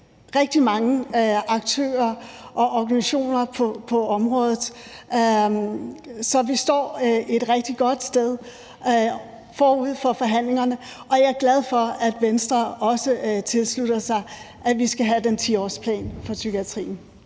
rigtig mange aktører og organisationer på området. Så vi står et rigtig godt sted forud for forhandlingerne, og jeg er glad for, at Venstre også tilslutter sig, at vi skal have den 10-årsplan for psykiatrien.